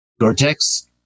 Gore-Tex